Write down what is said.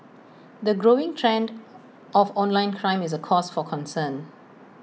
the growing trend of online crime is A cause for concern